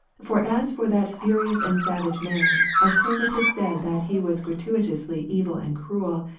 for as for that furious and savage man, of whom it is said that he was gratuitously evil and cruel,